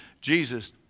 Jesus